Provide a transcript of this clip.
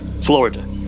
Florida